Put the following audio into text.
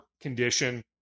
condition